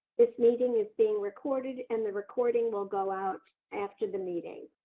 this meeting is being recorded and the recording will go out after the meeting.